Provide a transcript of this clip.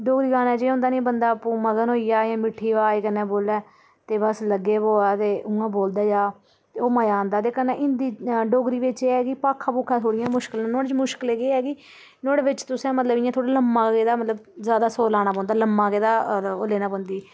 डोगरी गाने च एह् होंदा नी कि बंदा आपूं मगन होइयै मिट्ठी अवाज कन्नै बोले ते बस लग्गी प'वै ते उ'आं बोलदा दा ते ओह् मजा आंदा ते कन्नै हिंदी डोगरी बिच एह् ऐ कि भाखां भूखां थोह्ड़ियां मुश्कल न नुहाड़े च मुश्कल एह् ऐ कि नुहाड़े बिच तुसें इ'यां ल'म्मा गेदा मतलब जादा सुर लाना पौंदा जादा ओह् लैना पौंदी